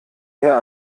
mehr